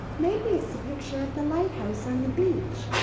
maybe it's a picture of the lighthouse on the beach,